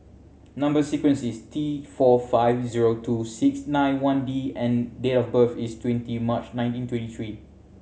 number sequence is T four five zero two six nine one D and date of birth is twenty March nineteen twenty three